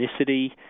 ethnicity